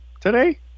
today